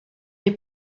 est